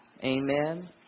Amen